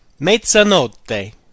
Mezzanotte